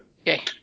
Okay